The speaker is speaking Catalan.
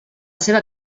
seva